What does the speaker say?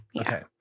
okay